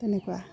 তেনেকুৱা